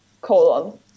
colon